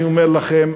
אני אומר לכם,